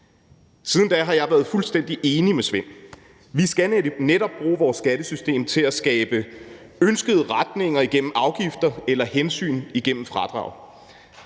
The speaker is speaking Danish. Siden da har jeg været fuldstændig enig med Svend. Vi skal netop bruge vores skattesystem til at skabe ønskede retninger gennem afgifter eller tage hensyn gennem fradrag.